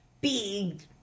big